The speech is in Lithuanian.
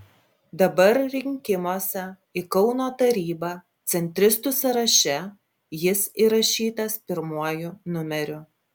dabar rinkimuose į kauno tarybą centristų sąraše jis įrašytas pirmuoju numeriu